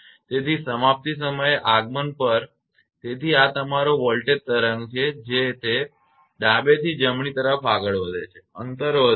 તેથી સમાપ્તિ સમયે આગમન પર તેથી આ તમારો વોલ્ટેજ તરંગ છે જે તે ડાબેથી જમણી તરફ આગળ વધે છે અંતર વધે છે